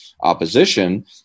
opposition